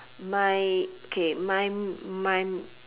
my K mine mine